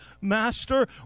Master